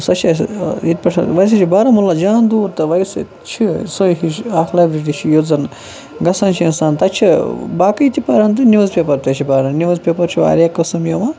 سُہ حظ چھُ ییٚتہِ پٮ۪ٹھ ویسے چھُ بارہمولہ جان دوٗر تہٕ ویسے چھِ سۄے ہِش اَتھ لابریری یُس زَن گَژھان چھُ اِنسان تَتہِ چھِ باقٕے تہِ پران دُنیاہس چھُ نِوٕزپیپر پَران نِوٕز پیپر چھ واریاہ قٕسم یِوان